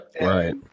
right